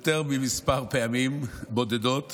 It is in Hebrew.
יותר מכמה פעמים בודדות